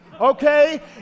okay